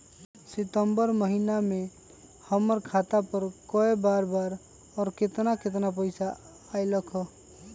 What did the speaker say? सितम्बर महीना में हमर खाता पर कय बार बार और केतना केतना पैसा अयलक ह?